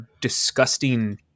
disgusting